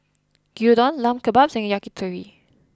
Gyudon Lamb Kebabs and Yakitori